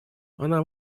она